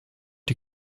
die